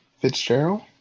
Fitzgerald